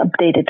updated